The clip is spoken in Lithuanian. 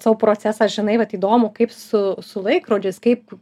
savo procesą žinai vat įdomu kaip su su laikrodžiais kaip